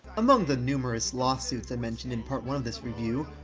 among the numerous lawsuits i mentioned in part one of this review,